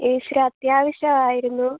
ഈശ്വര അത്യാവശം ആയിരുന്നു